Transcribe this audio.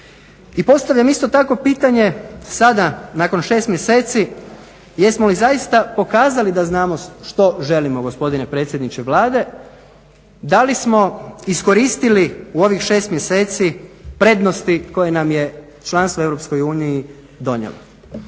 I postavljam isto tako pitanje sada nakon 6 mjeseci jesmo li zaista pokazali da znamo što želimo gospodine predsjedniče Vlade, da li smo iskoristili u ovih 6 mjeseci prednosti koje nam je članstvo u Europskoj